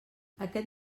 aquest